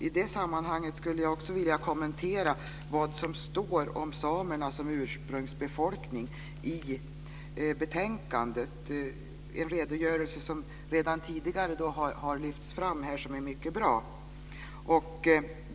I detta sammanhang vill jag kommentera det som står om samerna som ursprungsbefolkning i betänkandet - en redogörelse som redan tidigare har lyfts fram och som är mycket bra.